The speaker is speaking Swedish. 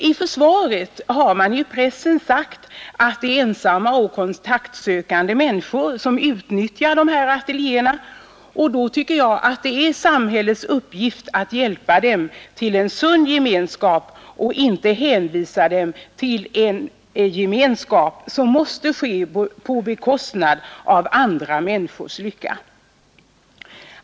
I försvaret för denna verksamhet har man i pressen sagt att det är ensamma och kontaktsökande människor som utnyttjar de här ateljéerna, och då tycker jag att det är samhällets uppgift att hjälpa dessa människor till en sund gemenskap och inte hänvisa dem till en gemenskap som måste ske på bekostnad av andra människors lycka.